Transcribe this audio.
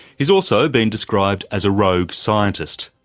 he's also been described as a rogue scientist.